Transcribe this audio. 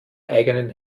eigenen